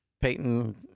Peyton